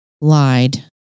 lied